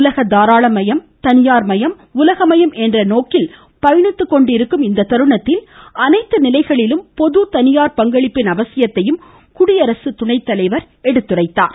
உலகம் தாராளமயம் தனியார்மயம் உலகமயம் என்ற நோக்கில் பயணித்துக் கொண்டிருக்கும் இத்தருணத்தில் அனைத்து நிலைகளிலும் பொது தனியார் பங்களிப்பின் அவசியத்தையும் குடியரசு துணைத்தலைவர் சுட்டிக்காட்டினார்